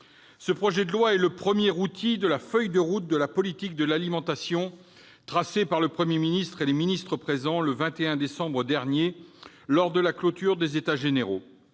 Ce projet de loi est le premier outil de la feuille de route de la politique de l'alimentation tracée par le Premier ministre et les ministres présents le 21 décembre dernier, lors de la clôture des États généraux.